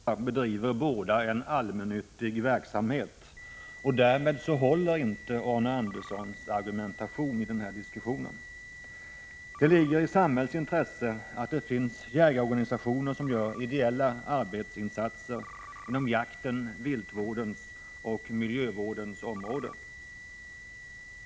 Herr talman! De två jägarorganisationer som vi nu diskuterar bedriver båda en allmännyttig verksamhet. Därmed håller inte Arne Anderssons i Ljung argumentation i den här diskussionen. Det ligger i samhällets intresse att det finns jägarorganisationer som gör ideella arbetsinsatser inom jaktens, viltvårdens och miljövårdens område.